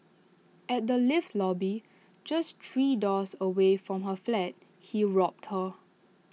at the lift lobby just three doors away from her flat he robbed her